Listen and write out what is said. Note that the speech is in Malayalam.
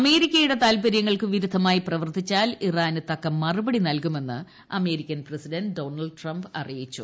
അമേരിക്കയുടെ താൽപര്യങ്ങൾക്ക് വിരുദ്ധമായി പ്രവർത്തിച്ചാൽ ഇറാന് തക്ക മറുപടി നൽകുമെന്ന് അമേരിക്കൻ പ്രസിഡന്റ് ഡോണൾഡ് ട്രംപ് അറിയിച്ചു